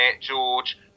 george